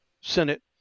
Senate